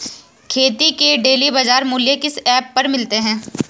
खेती के डेली बाज़ार मूल्य किस ऐप पर मिलते हैं?